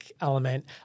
element